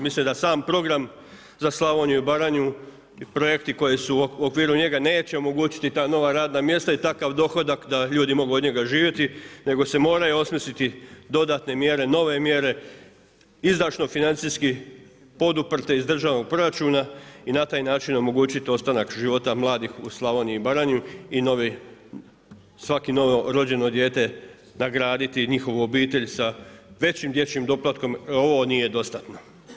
Mislim da sam program za Slavoniju i Baranju i projekti koji su u okviru njega neće omogućiti ta nova radna mjesta i takav dohodak da ljudi mogu od njega živjeti, nego se moraju osmisliti dodatne mjere, nove mjere, izdašno financijski poduprte iz državnog proračuna i na taj način omogućit ostanak života mladih u Slavoniji i Baranji i svako novorođeno dijete nagraditi i njihovu obitelj sa većim dječjim doplatkom jer ovo nije dostatno.